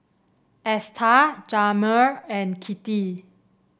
Esta Jamir and Kittie